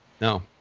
no